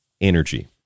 energy